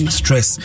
stress